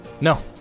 no